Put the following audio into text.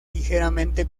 ligeramente